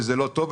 זה לא טוב,